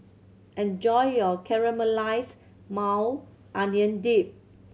enjoy your Caramelized Maui Onion Dip